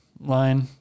line